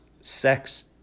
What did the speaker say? sex